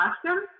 question